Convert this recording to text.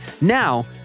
now